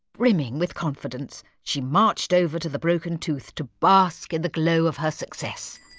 brimming with confidenc, she marched over to the broken tooth to bask in the glow of her success.